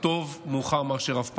טוב מאוחר מאשר אף פעם,